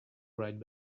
right